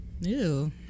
Ew